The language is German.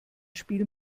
spiel